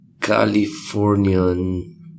Californian